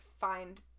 find